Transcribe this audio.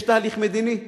יש תהליך מדיני דוהר,